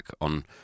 on